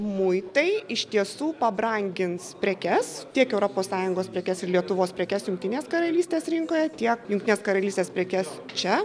muitai iš tiesų pabrangins prekes tiek europos sąjungos prekes lietuvos prekes jungtinės karalystės rinkoje tiek jungtinės karalystės prekes čia